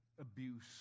abuse